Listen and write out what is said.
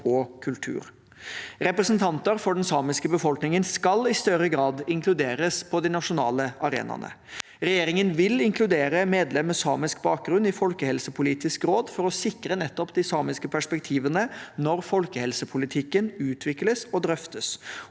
og kultur. Representanter for den samiske befolkningen skal i større grad inkluderes på de nasjonale arenaene. Regjeringen vil inkludere medlem med samisk bakgrunn i folkehelsepolitisk råd for å sikre nettopp de samiske perspektivene når folkehelsepolitikken utvikles og drøftes,